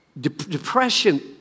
depression